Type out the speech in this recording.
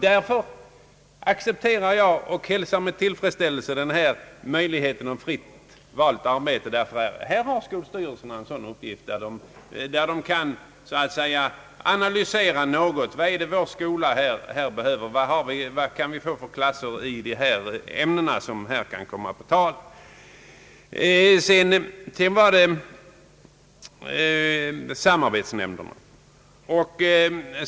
Därför accepterar jag och hälsar med tillfredsställelse möjligheten vad gäller fritt valt arbete. Där har skolstyrelserna en uppgift — de kan analysera vad deras skola behöver och vilka klasser de kan få i olika ämnen.